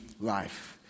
life